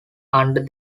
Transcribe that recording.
under